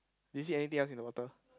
you see anything else in the water